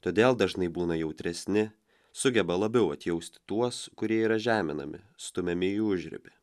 todėl dažnai būna jautresni sugeba labiau atjausti tuos kurie yra žeminami stumiami į užribį